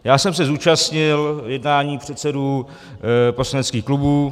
Já jsem se zúčastnil jednání předsedů poslaneckých klubů.